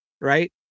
right